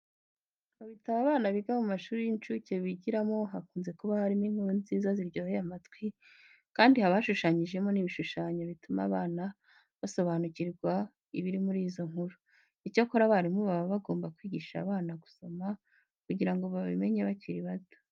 Mu bitabo abana biga mu mashuri y'incuke bigiramo hakunze kuba harimo inkuru nziza ziryoheye amatwi kandi haba hashushanyijemo n'ibishushanyo bituma abana basobanukirwa ibiri muri izo nkuru. Icyakora abarimu baba bagomba kwigisha abana gusoma kugira ngo babimenye bakiri bato.